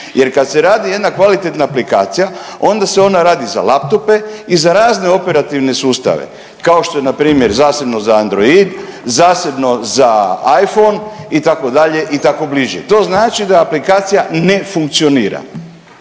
Jer kad se radi jedna kvalitetna aplikacija onda se ona radi za laptope i za razne operativne sustave kao što je na primjer zasebno za Android, zasebno za Iphone itd. i tako bliže. To znači da aplikacija ne funkcionira.